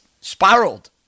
spiraled